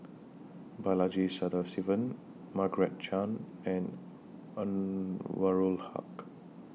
Balaji Sadasivan Margaret Chan and Anwarul Haque